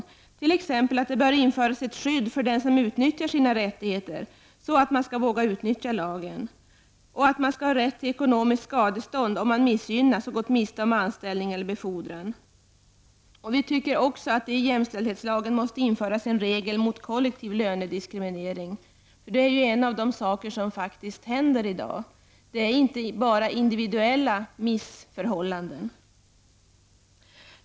Vi föreslår t.ex. att det skall införas ett skydd för den som utnyttjar sina rättigheter -- man skall våga utnyttja lagen -- och att man skall ha rätt till ekonomiskt skadestånd om man missgynnats och gått miste om anställning eller befordran. Vi tycker också att det i jämställdhetslagen måste införas en regel mot kollektiv lönediskriminering -- detta är faktiskt någonting som händer i dag. Det handlar inte bara om individuella missförhållanden.